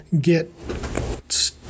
get